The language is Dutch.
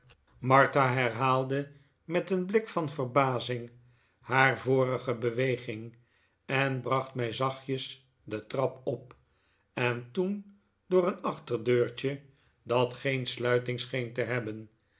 martha herhaalde met een blik van verbazing haar vorige beweging en bracht mij zachtjes de trap op en toen door een achterdeurtje dat geen sluiting scheen te hebhen